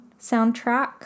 soundtrack